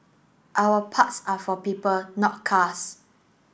our parks are for people not cars